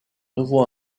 nouveau